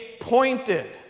pointed